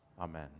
Amen